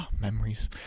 memories